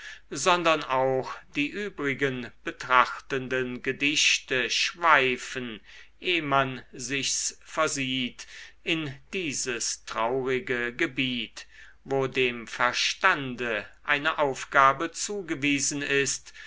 sondern auch die übrigen betrachtenden gedichte schweifen eh man sich's versieht in dieses traurige gebiet wo dem verstande eine aufgabe zugewiesen ist